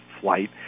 flight